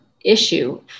issue